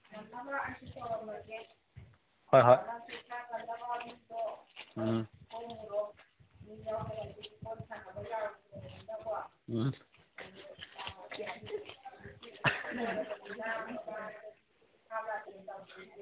ꯍꯣꯏ ꯍꯣꯏ ꯎꯝ ꯎꯝ